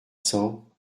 cents